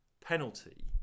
penalty